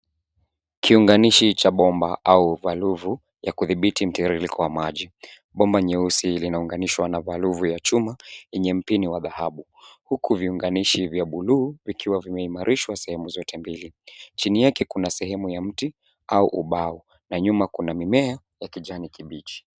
Kiunganishi cha bomba au valuvu ya kudhibiti mtiririko wa maji. Bomba nyeusi linaunganishwa na valuvu ya chuma yenye mpini wa dhahabu. Huku viunganishi vya buluu vikiwa vimeimarishwa, sehemu zote mbili. Chini yake kuna sehemu ya mti au ubao, na nyuma kuna mimea ya kijani kibichi.